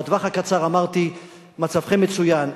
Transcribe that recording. בטווח הקצר, אמרתי, מצבכם מצוין.